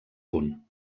punt